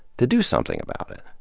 to do something about it.